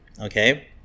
okay